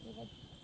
এবার